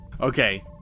Okay